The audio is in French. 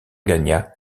gagna